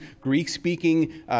Greek-speaking